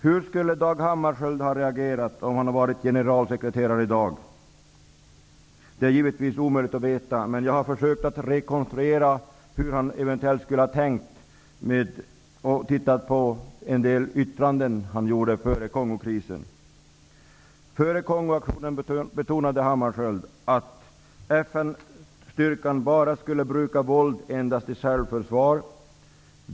Hur skulle Dag Hammarskjöld ha reagerat om han hade varit FN:s generalsekreterare i dag? Det är givetvis omöjligt att veta, men jag har försökt rekonstruera hur han eventuellt skulle ha tänkt med hjälp av en del yttranden han gjorde före Kongokrisen. Han betonade då att FN-styrkan endast skulle bruka våld i självförsvar.